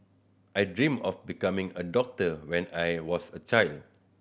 I dreamt of becoming a doctor when I was a child